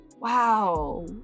wow